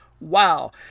Wow